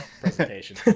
presentation